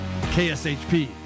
KSHP